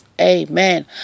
Amen